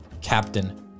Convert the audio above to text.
captain